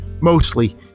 mostly